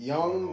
Young